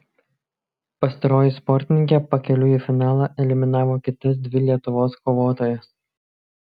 pastaroji sportininkė pakeliui į finalą eliminavo kitas dvi lietuvos kovotojas